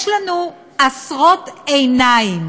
יש לנו עשרות עיניים